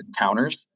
encounters